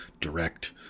direct